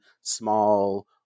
small